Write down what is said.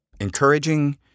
encouraging